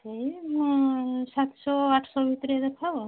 ଏଇ ସାତଶହ ଆଠଶହ ଭିତରେ ଦେଖାଅ